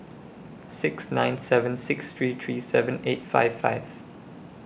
six nine seven six three three seven eight five five